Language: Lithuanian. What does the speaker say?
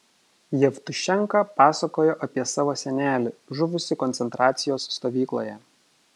jevtušenka pasakojo apie savo senelį žuvusį koncentracijos stovykloje